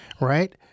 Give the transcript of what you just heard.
right